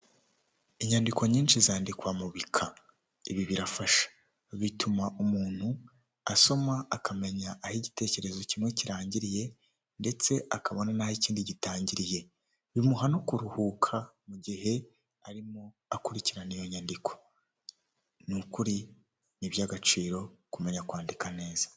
Inyandiko nyinshi zandikwa mu bika, ibi birafasha bituma umuntu asoma akamenya aho igitekerezo kimwe kirangiriye, ndetse akabona n'aho ikindi gitangiriye bimuha no kuruhuka mu gihe arimo akurikirana iyo nyandiko ni ukuri ni iby'agaciro kumenya kwandika neza.